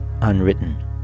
unwritten